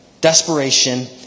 desperation